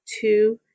two